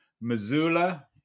Missoula